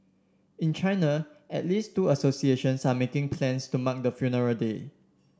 in China at least two associations are making plans to mark the funeral day